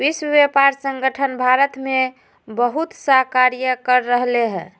विश्व व्यापार संगठन भारत में बहुतसा कार्य कर रहले है